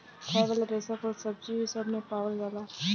खाए वाला रेसा फल, सब्जी सब मे पावल जाला